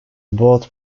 both